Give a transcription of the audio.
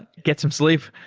get some sleep.